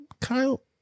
Kyle